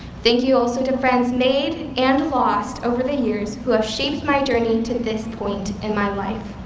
thank you also to friends made and lost over the years who have shaped my journey to this point in my life.